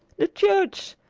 the church!